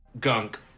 Gunk